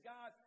God